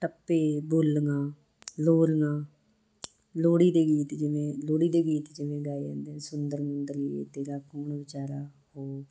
ਟੱਪੇ ਬੋਲੀਆਂ ਲੋਰੀਆਂ ਲੋਹੜੀ ਦੇ ਗੀਤ ਜਿਵੇਂ ਲੋਹੜੀ ਦੇ ਗੀਤ ਜਿਵੇਂ ਗਾਏ ਜਾਂਦੇ ਸੁੰਦਰ ਮੁੰਦਰੀਏ ਤੇਰਾ ਕੌਣ ਵਿਚਾਰਾ ਹੋ